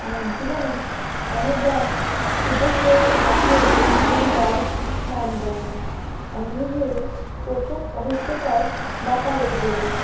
আমার জীবনে অনেকবার সুযোগ হয়েছে নাচের প্রতিযোগিতায় নাম দেওয়ার আমি নিজের প্রথম অভিজ্ঞতার ব্যাপারেই বলি